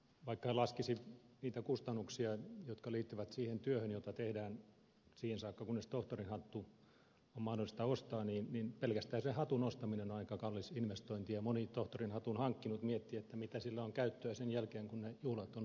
vaikka en laskisi niitä kustannuksia jotka liittyvät siihen työhön jota tehdään siihen saakka kunnes tohtorinhattu on mahdollista ostaa niin pelkästään sen hatun ostaminen on aika kallis investointi ja moni tohtorinhatun hankkinut miettii mitä sillä on käyttöä sen jälkeen kun ne juhlat on vietetty